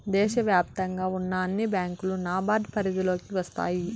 దేశ వ్యాప్తంగా ఉన్న అన్ని బ్యాంకులు నాబార్డ్ పరిధిలోకి వస్తాయి